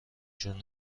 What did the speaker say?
جوره